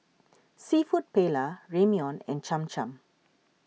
Seafood Paella Ramyeon and Cham Cham